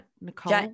Nicole